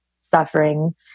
suffering